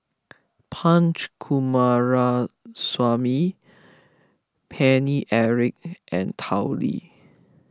Punch Coomaraswamy Paine Eric and Tao Li